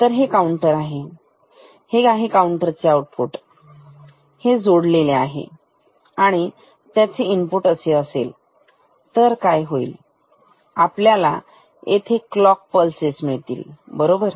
तर हे आहे काऊंटर चे आउटपुट आता जोडलेले आणि त्याचे इनपुट असे असेल तर काय होईल आपल्याला येथे क्लॉक पल्सेस मिळतील बरोबर